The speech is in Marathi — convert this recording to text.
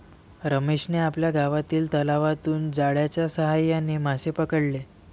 रमेशने आपल्या गावातील तलावातून जाळ्याच्या साहाय्याने मासे पकडले